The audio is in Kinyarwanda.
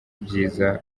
ibyiza